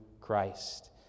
Christ